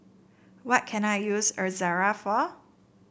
what can I use Ezerra for